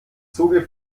zuge